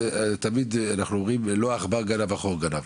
תמיד אנחנו אומרים לא העכבר גנב אלא החור גנב.